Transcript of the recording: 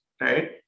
right